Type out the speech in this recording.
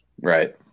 right